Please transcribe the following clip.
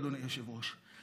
אדוני היושב-ראש,